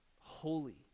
holy